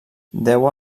deu